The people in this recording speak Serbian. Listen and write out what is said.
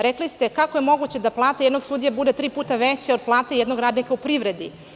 Rekli ste – kako je moguće da plata jednog sudije bude tri puta veća od plate jednog radnika u privredi?